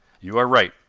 you are right,